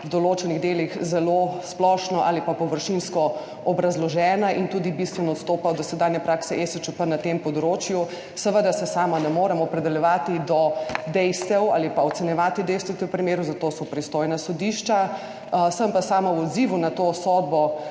v določenih delih zelo splošno ali površinsko obrazložena in tudi bistveno odstopa od dosedanje prakse ESČP na tem področju. Seveda se sama ne morem opredeljevati do dejstev ali ocenjevati dejstev v tem primeru, za to so pristojna sodišča, sem pa sama v odzivu na to prvo